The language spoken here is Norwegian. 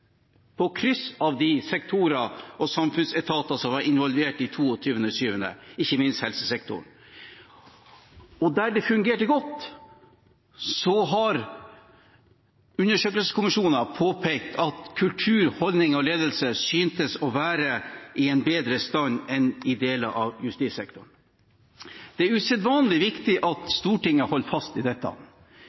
på tvers av de sektorer og samfunnsetater som var involvert 22. juli, ikke minst helsesektoren. Der det fungerte godt, har undersøkelseskommisjoner påpekt at kultur, holdninger og ledelse syntes å være i en bedre stand enn i deler av justissektoren Det er usedvanlig viktig at Stortinget holder fast i dette